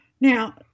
Now